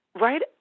right